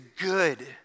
good